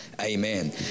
Amen